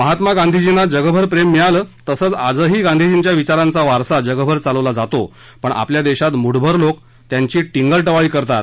महात्मा गांधींना जगभर प्रेम मिळालं तसंच आजही गांधीर्जींच्या विचारांचा वारसा जगभर चालवला जातो पण आपल्या देशात मुठभर लोक त्यांची टिंगल टवाळी करतात